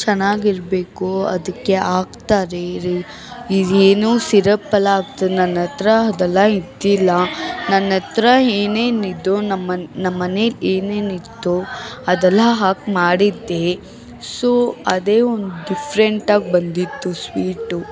ಚೆನಾಗಿರ್ಬೇಕು ಅದಕ್ಕೆ ಹಾಕ್ತಾರೆ ರೆ ಇದೇನೋ ಸಿರಪ್ಪೆಲ್ಲ ಹಾಕ್ತಾರೆ ನನ್ನತ್ರ ಹದೆಲ್ಲ ಇದ್ದಿಲ್ಲ ನನ್ನತ್ರ ಏನೇನು ಇದ್ವೋ ನಮ್ಮನೆ ನಮ್ಮನೆಲ್ಲಿ ಏನೇನಿತ್ತೋ ಅದೆಲ್ಲ ಹಾಕಿ ಮಾಡಿದ್ದೆ ಸೊ ಅದೇ ಒಂದು ಡಿಫ್ರೆಂಟಾಗಿ ಬಂದಿತ್ತು ಸ್ವೀಟು